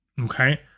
okay